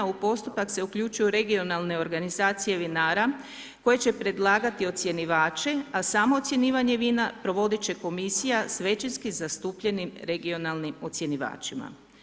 U postupak se uključuju regionalne organizacije vinara koje će predlagati ocjenjivači a samo ocjenjivanje vina provoditi će komisija s većinski zastupljenim regionalnim ocjenjivačima.